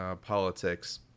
politics